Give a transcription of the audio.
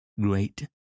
great